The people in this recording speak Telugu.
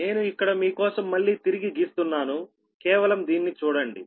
నేను ఇక్కడ మీకోసం మళ్ళీ తిరిగి గీస్తున్నానుకేవలం దీన్ని చూడండి